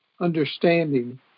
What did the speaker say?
understanding